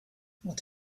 what